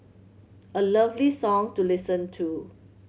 a lovely song to listen to